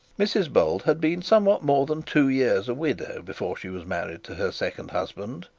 mrs bold had been somewhat more than two years a widow before she was married to her second husband,